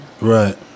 Right